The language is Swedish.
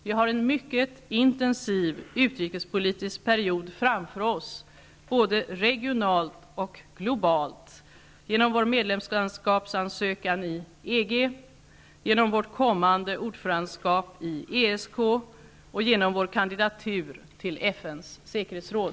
Vi har en mycket intensiv utrikespolitisk period framför oss, både regionalt och globalt, genom vår medlemskapsansökan i EG, genom vårt kommande ordförandeskap i ESK och genom vår kandidatur till FN:s säkerhetsråd.